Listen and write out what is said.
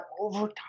overtime